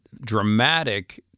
dramatic